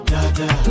Dada